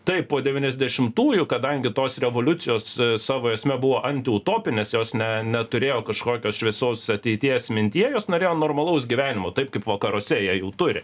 taip po devyniasdešimtųjų kadangi tos revoliucijos savo esme buvo antiutopinės jos ne neturėjo kažkokios šviesos ateities mintyje jos norėjo normalaus gyvenimo taip kaip vakaruose jie jau turi